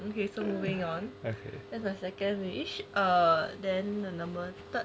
okay so moving on that's my second wish err then the third